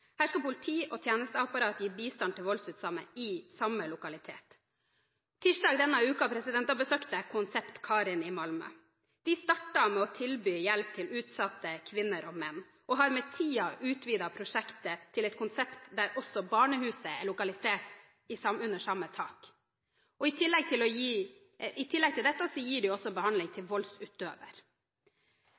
Her skal politi og tjenesteapparat gi bistand til voldsutsatte i samme lokalitet. Tirsdag denne uken besøkte jeg Projekt Karin i Malmö. De startet med å tilby hjelp til utsatte kvinner og menn, og har med tiden utvidet prosjektet til et konsept der også barnehuset er lokalisert under samme tak. I tillegg til dette gir de også behandling til voldsutøvere. Krisesentrene har gjennom de siste 35 årene vært grunnvollen i hjelpetilbudet til